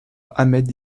ahmed